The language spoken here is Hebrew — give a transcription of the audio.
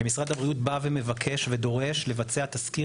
ומשרד הבריאות בא ו מבקש ודורש לבצע תזכיר